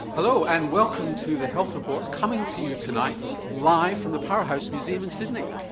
hello, and welcome to the health report, coming to you tonight live from the powerhouse museum in sydney.